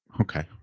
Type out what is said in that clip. Okay